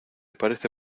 parece